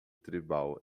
tribal